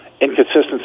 inconsistency